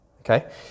okay